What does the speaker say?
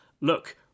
look